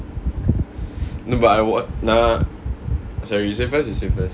no but I wa~ நா:naa sorry you say first you say first